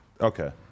Okay